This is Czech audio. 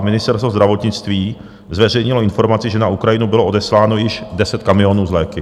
Ministerstvo zdravotnictví zveřejnilo informaci, že na Ukrajinu bylo odesláno již deset kamionů s léky.